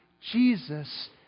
Jesus